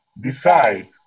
decide